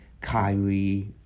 Kyrie